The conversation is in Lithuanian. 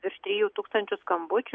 virš trijų tūkstančių skambučių